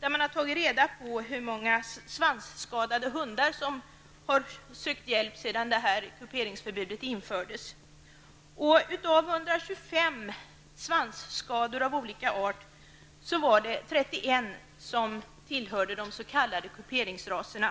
där man har tagit reda på hur många svansskadade hundar som har tagits till veterinär sedan kuperingsförbudet infördes. Av 125 svansskador av olika art tillhörde 31 hundar av de s.k. kuperingsraserna.